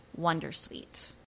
wondersuite